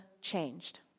changed